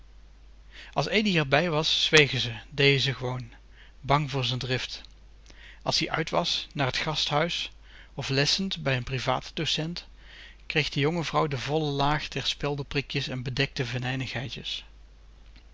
edi r bij was zwegen ze deeën ze gewoon bang voor z'n drift als ie uit was naar t gasthuis of lessend bij n privaat docent kreeg de jonge vrouw de volle laag der speldeprikjes en bedekte venijnigheidjes